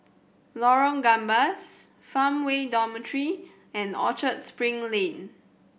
Lorong Gambas Farmway Dormitory and Orchard Spring Lane